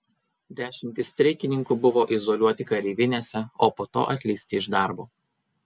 dešimtys streikininkų buvo izoliuoti kareivinėse o po to atleisti iš darbo